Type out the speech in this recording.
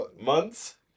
months